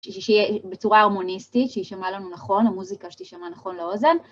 שיהיה בצורה הרמוניסטית, שישמע לנו נכון, המוזיקה שתישמע נכון לאוזן.